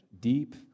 deep